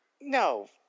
no